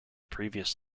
previous